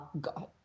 God